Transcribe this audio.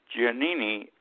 Giannini